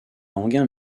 enghien